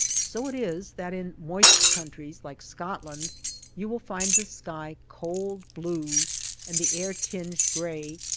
so it is that in moist countries like scotland you will find the sky cold-blue and the air tinged gray,